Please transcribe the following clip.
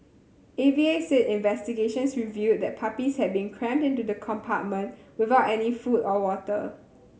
A V A said investigations revealed that the puppies had been crammed into the compartment without any food or water